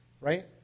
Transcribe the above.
right